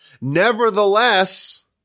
Nevertheless